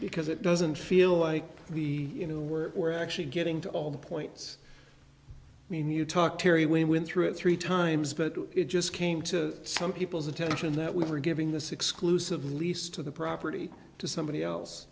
because it doesn't feel like the you know we're actually getting to all the points i mean you talk terry when when through it three times but it just came to some people's attention that we were giving this exclusive lease to the property to somebody else